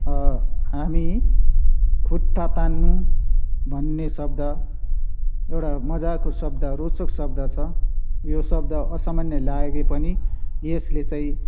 हामी खुट्टा तान्नु भन्ने शब्द एउटा मजाको शब्दहरू रोचक शब्द छ यो शब्द असामान्य लागे पनि यसले चाहिँ